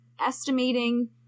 estimating